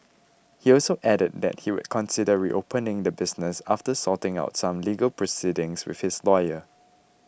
he also added that he would consider reopening the business after sorting out some legal proceedings with his lawyer